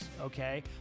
okay